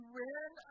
ran